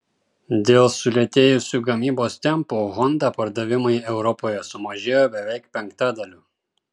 dėl sulėtėjusių gamybos tempų honda pardavimai europoje sumažėjo beveik penktadaliu